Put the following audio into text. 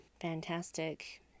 Fantastic